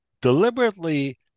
deliberately